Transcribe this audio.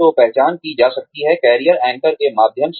तो पहचान की जा सकती है कैरियर एंकर के माध्यम से